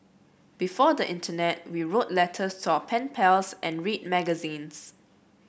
before the internet we wrote letters to our pen pals and read magazines